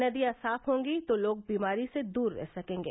नदियां साफ होंगी तो लोग बीमारी से दूर रह सकेंगे